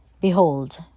behold